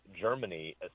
Germany